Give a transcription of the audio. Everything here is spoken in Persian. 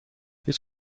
هیچ